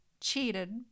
cheated